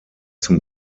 zum